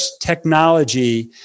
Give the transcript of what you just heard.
technology